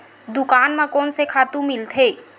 दुकान म कोन से खातु मिलथे?